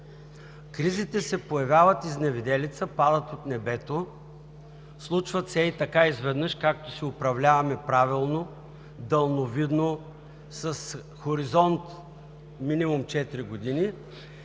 Кризите се появяват изневиделица, падат от небето, случват се ей така – изведнъж, както си управляваме правилно, далновидно, с хоризонт минимум четири